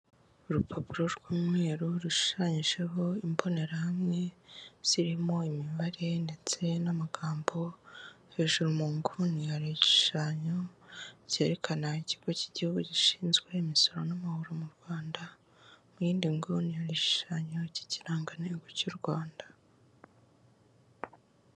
Urupapuro rw'umweru rushushanyijeho imbonerahamwe zirimo imibare ndetse n'amagambo, hejuru mu nguni hari igishushanyo byerekana Ikigo cy'Igihugu gishinzwe Imisoro n'amahoro mu Rwanda, mu yindi nguni hari igishushanyo k'ikirangantego cy u Rwanda.